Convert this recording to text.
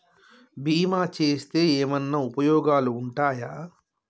బీమా చేస్తే ఏమన్నా ఉపయోగాలు ఉంటయా?